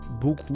beaucoup